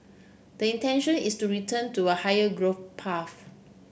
the intention is to return to a higher growth path